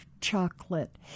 chocolate